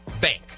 bank